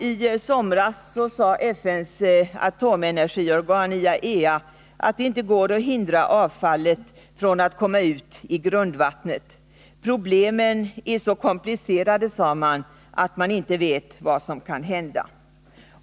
I somras sade FN:s atomenergiorgan avfall IAEA att det inte går att hindra att avfallet kommer ut i grundvattnet. Problemen är så komplicerade, sade man, att man inte vet vad som kan hända.